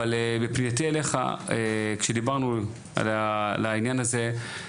אבל בפנייתי אליך כשדיברנו על העניין הזה,